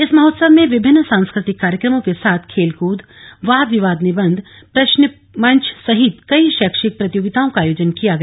इस महोत्सव में विभिन्न सांस्कृतिक कार्यक्रमों के साथ खेलकद वाद विवाद निबन्ध प्रश्नमंच सहित कई शैक्षिक प्रतियोगिताओ का आयोजन किया गया